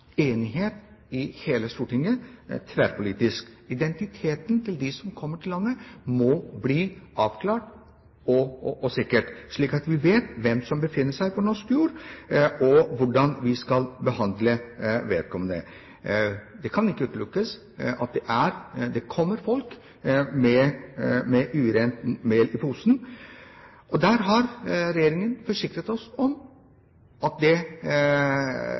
enighet i hele Stortinget. Identiteten til dem som kommer til landet, må bli avklart, og være sikker, slik at vi vet hvem som befinner seg på norsk jord, og hvordan vi skal behandle vedkommende. Det kan ikke utelukkes at det kommer folk med urent mel i posen. Der har regjeringen forsikret oss om at